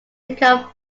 income